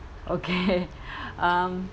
okay um